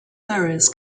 mirrors